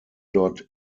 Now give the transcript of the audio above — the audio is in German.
dort